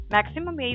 Maximum